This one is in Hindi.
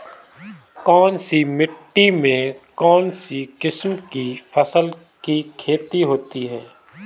कौनसी मिट्टी में कौनसी किस्म की फसल की खेती होती है?